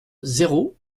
zéro